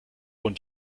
und